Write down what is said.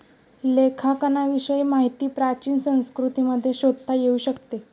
लेखांकनाविषयी माहिती प्राचीन संस्कृतींमध्ये शोधता येऊ शकते